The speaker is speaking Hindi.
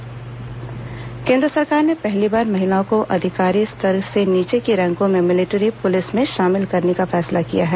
महिला मिलिट्री पुलिस केंद्र सरकार ने पहली बार महिलाओं को अधिकारी स्तर से नीचे के रैंकों में मिलिट्री पुलिस में शामिल करने का फैसला किया है